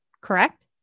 correct